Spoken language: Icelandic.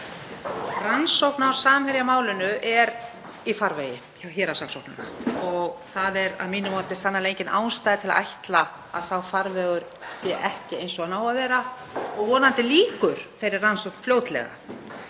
Rannsókn á Samherjamálinu er í farvegi hjá héraðssaksóknara og það er að mínu mati sannarlega engin ástæða til að ætla að sá farvegur sé ekki eins og hann á að vera og vonandi lýkur þeirri rannsókn fljótlega.